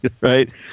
Right